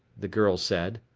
the girl said,